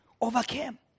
overcame